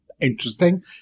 Interesting